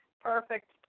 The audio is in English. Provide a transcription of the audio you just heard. perfect